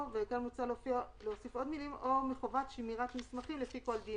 או מחובת שמירת מסמכים לפי כל דין.